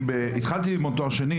התחלתי ללמוד תואר שני,